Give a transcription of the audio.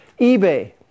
eBay